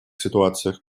ситуациях